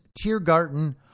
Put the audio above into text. Tiergarten